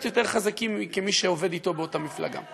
יותר חזקים מאלה של מי שעובד אתו באותה מפלגה.